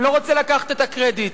אני לא רוצה לקחת את הקרדיט.